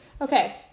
okay